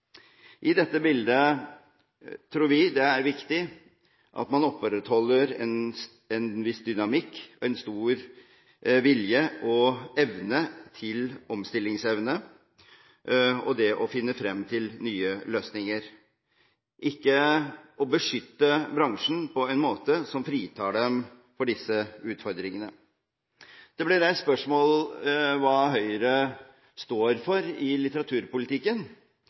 I dette bildet tror vi det er viktig at man opprettholder en viss dynamikk og en stor vilje og evne til omstilling og til det å finne frem til nye løsninger – ikke beskytte bransjen på en måte som fritar den for disse utfordringene. Det ble reist spørsmål om hva Høyre står for i litteraturpolitikken.